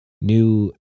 new